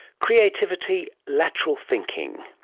creativity, lateral thinking,